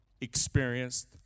experienced